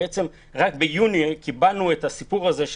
בעצם רק ביוני קיבלנו את הסיפור הזה.